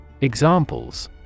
Examples